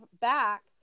back